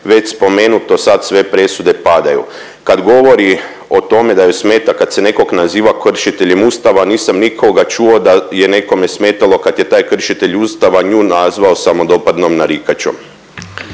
već spomenuto sad sve presude padaju. Kad govori o tome da joj smeta kad se nekog naziva kršiteljem Ustava nisam nikoga čuo da je nekome smetalo kad je taj kršitelj Ustava nju nazvao samodopadnom narikačom.